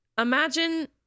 Imagine